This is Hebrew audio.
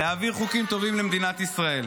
להעביר חוקים טובים למדינת ישראל.